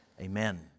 amen